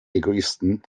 egoisten